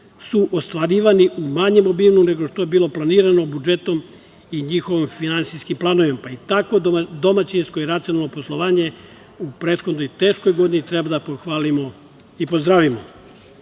su ostvarivani u manjem obimu nego što je bilo planirano budžetom i njihovim finansijskim planovima, pa i tako domaćinsko i racionalno poslovanje u prethodnoj teškoj godini treba da pohvalimo i pozdravimo. Poštovani